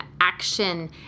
action